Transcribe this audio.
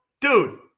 Dude